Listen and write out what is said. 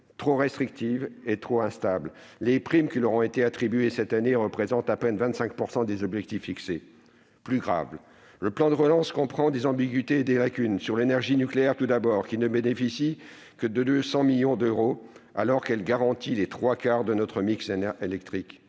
Trop restrictives et trop instables, les primes qui leur ont été attribuées cette année représentent à peine 25 % des objectifs fixés. Plus grave, le plan de relance comprend des ambiguïtés et des lacunes sur l'énergie nucléaire, qui ne bénéficie que de 200 millions d'euros, alors qu'elle garantit les trois quarts de notre mix électrique,